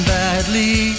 badly